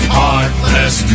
Heartless